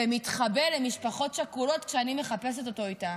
ומתחבא למשפחות שכולות כשאני מחפשת אותו איתן.